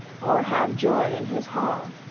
or have joy in his hall.